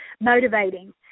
motivating